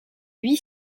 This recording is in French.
huit